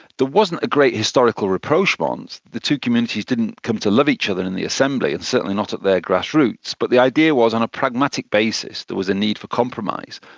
wasn't a great historical rapprochement, the two communities didn't come to love each other in the assembly, and certainly not at their grass roots, but the idea was on a pragmatic basis there was a need for compromise.